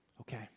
Okay